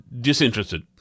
disinterested